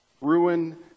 ruin